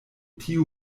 tiu